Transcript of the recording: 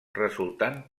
resultant